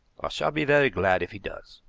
shall be very glad if he does,